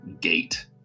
gate